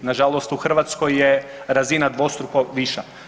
Nažalost u Hrvatskoj je razina dvostruko viša.